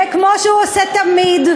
וכמו שהוא עושה תמיד,